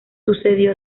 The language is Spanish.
sucedió